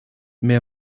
mehr